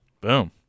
Boom